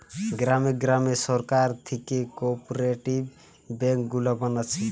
গ্রামে গ্রামে সরকার থিকে কোপরেটিভ বেঙ্ক গুলা বানাচ্ছে